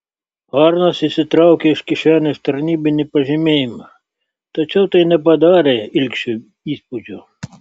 arnas išsitraukė iš kišenės tarnybinį pažymėjimą tačiau tai nepadarė ilgšiui įspūdžio